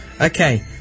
Okay